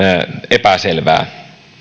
epäselvää